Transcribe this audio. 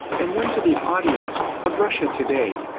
and one to the audience of russia today.